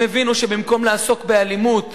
הם הבינו שבמקום לעסוק באלימות,